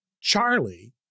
Charlie